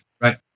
right